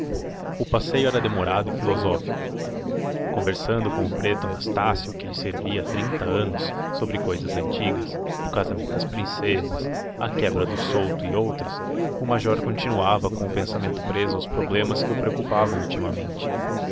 o passeio era demorado e filosófico conversando com o preto anastácio que lhe servia há trinta anos sobre cousas antigas o casamento das princesas a quebra do souto e outras o major continuava com o pensamento preso aos problemas que o preocupavam ultimamente